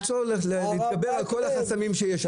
להתגבר על כל החסמים שיש,